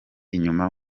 inyuma